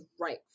right